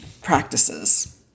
practices